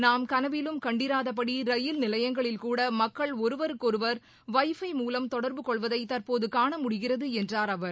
நாம் கனவிலும் கண்டிராதபடி ரயில் நிலையங்களில்கூட மக்கள் ஒருவருக்கொருவர் வை பை மூலம் தொடர்பு கொள்வதை தற்போது காண முடிகிறது என்றார் அவர்